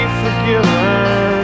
forgiven